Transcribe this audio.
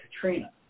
Katrina